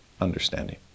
understanding